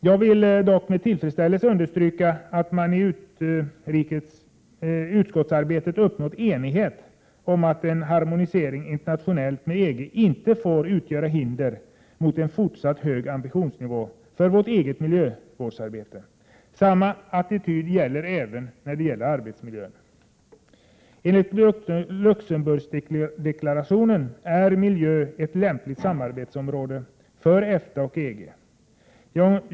Jag vill än en gång med tillfredsställelse konstatera att vi i utskottsarbetet uppnått enighet om att en harmonisering internationellt med EG inte får utgöra hinder mot en fortsatt hög ambitionsnivå för vårt eget miljövårdsarbete. Samma attityd gäller även i fråga om arbetsmiljön. Enligt Luxemburgdeklarationen är miljön ett lämpligt samarbetsområde för EFTA och EG.